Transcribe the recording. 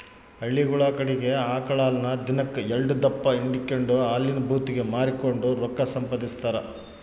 ಹಳ್ಳಿಗುಳ ಕಡಿಗೆ ಆಕಳ ಹಾಲನ್ನ ದಿನಕ್ ಎಲ್ಡುದಪ್ಪ ಹಿಂಡಿಕೆಂಡು ಹಾಲಿನ ಭೂತಿಗೆ ಮಾರಿಕೆಂಡು ರೊಕ್ಕ ಸಂಪಾದಿಸ್ತಾರ